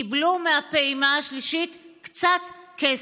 קיבלו מהפעימה השלישית קצת כסף.